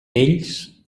ells